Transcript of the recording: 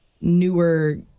newer